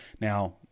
Now